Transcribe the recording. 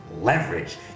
leverage